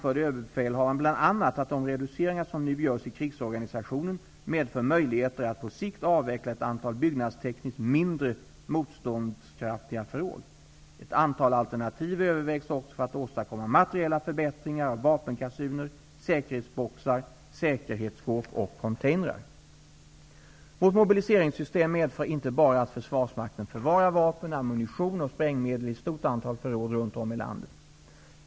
Överbefälhavaren bl.a. att de reduceringar som nu görs i krigsorganisationen medför möjligheter att på sikt avveckla ett antal byggnadstekniskt mindre motståndskraftiga förråd. Ett antal alternativ övervägs också för att åstadkomma materiella förbättringar av vapenkassuner, säkerhetsboxar, säkerhetsskåp och containrar. Vårt mobiliseringssystem medför inte bara att försvarsmakten förvarar vapen, ammunition och sprängmedel i ett stort antal förråd runt om i landet.